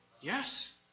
Yes